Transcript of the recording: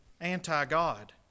anti-God